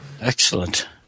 Excellent